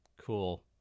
Cool